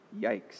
Yikes